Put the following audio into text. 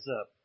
up